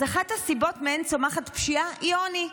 אז אחת הסיבות שמהן צומחת פשיעה היא עוני.